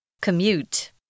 Commute